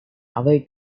away